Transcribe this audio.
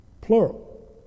Plural